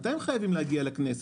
מתי הם חייבים להגיע לכנסת?